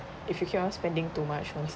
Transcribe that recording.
if you keep on spending too much on